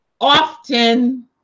often